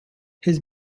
his